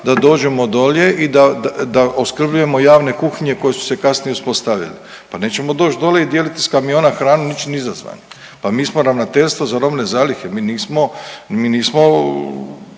da dođemo dolje i da opskrbljujemo javne kuhinje koje su se kasnije uspostavile. Pa nećemo doć dole i dijeliti s kamiona hranu ničim izazvani, pa mi smo Ravnateljstvo za robne zalihe, mi nismo,